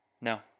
no